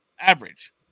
average